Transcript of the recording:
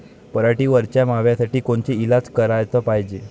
पराटीवरच्या माव्यासाठी कोनचे इलाज कराच पायजे?